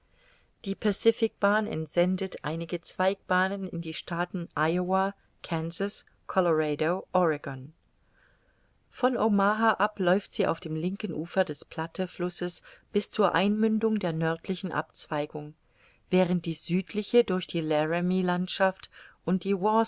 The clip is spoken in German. die pacific bahn entsendet einige zweigbahnen in die staaten iowa kansas colorado oregon von omaha ab läuft sie auf dem linken ufer des platteflusses bis zur einmündung der nördlichen abzweigung während die südliche durch die laramie landschaft und die